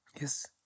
Yes